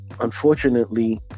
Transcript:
Unfortunately